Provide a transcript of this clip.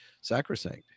sacrosanct